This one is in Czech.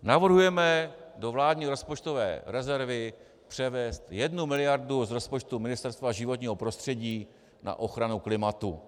Navrhujeme do vládní rozpočtové rezervy převést 1 mld. z rozpočtu Ministerstva životního prostředí na ochranu klimatu.